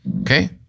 okay